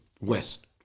West